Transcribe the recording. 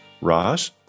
Raj